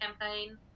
campaign